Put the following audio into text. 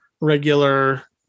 regular